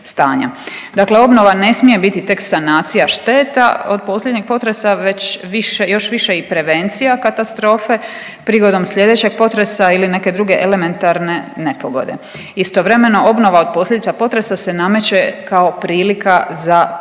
Dakle obnova ne smije biti tek sanacija šteta od posljednjeg potresa već više, još više i prevencija katastrofe prigodom sljedećeg potresa ili neke druge elementarne nepogode. Istovremeno, obnova od posljedica potresa se nameće kao prilika za plansku